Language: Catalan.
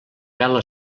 vela